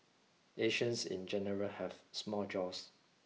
Asians in general have small jaws